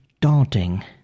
daunting